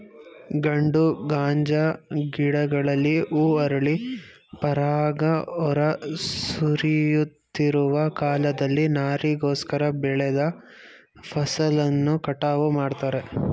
ಗಂಡು ಗಾಂಜಾ ಗಿಡಗಳಲ್ಲಿ ಹೂ ಅರಳಿ ಪರಾಗ ಹೊರ ಸುರಿಯುತ್ತಿರುವ ಕಾಲದಲ್ಲಿ ನಾರಿಗೋಸ್ಕರ ಬೆಳೆದ ಫಸಲನ್ನು ಕಟಾವು ಮಾಡ್ತಾರೆ